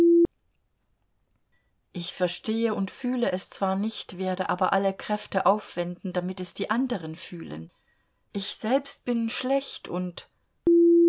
ich verstehe und fühle es zwar nicht werde aber alle kräfte aufwenden damit es die anderen fühlen ich selbst bin schlecht und